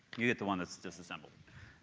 you get the one that's disassembled.